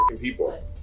people